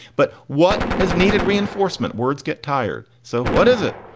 but what has needed. reinforcement words get tired. so what is it?